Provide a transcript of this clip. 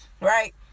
right